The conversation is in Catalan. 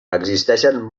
existeixen